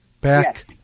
back